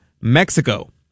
Mexico